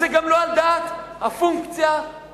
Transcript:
אז זה גם לא על דעת הפונקציה הממשלתית